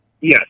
Yes